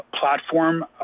platform